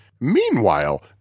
Meanwhile